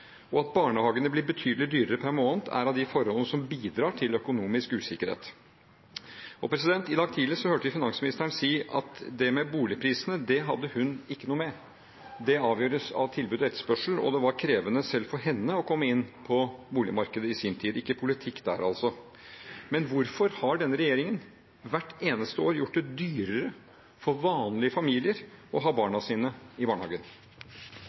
og at barnehagene blir betydelig dyrere per måned, er av de forhold som bidrar til økonomisk usikkerhet. I dag tidlig hørte vi finansministeren si at det med boligprisene hadde hun ikke noe med, at det avgjøres av tilbud og etterspørsel, og at det var krevende selv for henne å komme inn på boligmarkedet i sin tid – ikke politikk der, altså. Men hvorfor har denne regjeringen hvert eneste år gjort det dyrere for vanlige familier å ha barna sine i